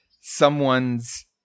someone's